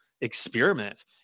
experiment